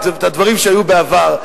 את הדברים שהיו בעבר,